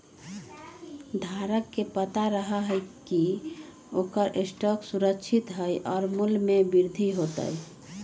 धारक के पता रहा हई की ओकर स्टॉक सुरक्षित हई और मूल्य में वृद्धि होतय